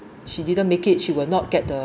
she didn't make it she will not get the